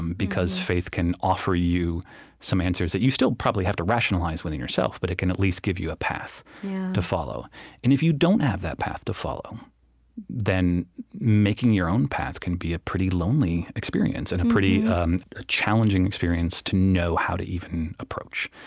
because faith can offer you some answers that you still, probably, have to rationalize within yourself. but it can at least give you a path to follow and if you don't have that path to follow then making your own path can be a pretty lonely experience and um a challenging experience to know how to even approach.